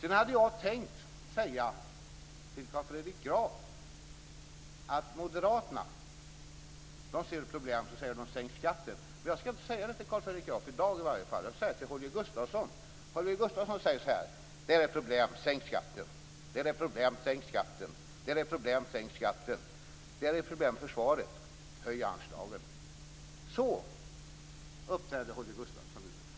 Sedan hade jag tänkt säga till Carl Fredrik Graf att moderaterna löser problemen genom att säga: Sänk skatten. Men det skall jag inte säga till Carl Fredrik Graf, i varje fall inte i dag. I stället säger jag det till Holger Gustafsson. Han säger så här: Där det är problem, sänk skatten. Där det är problem, sänk skatten. Där det är problem, sänk skatten. Där det är problem med försvaret, höj anslaget. Så uppträder Holger Gustafsson i dag.